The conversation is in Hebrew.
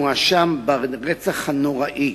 המואשם ברצח הנוראי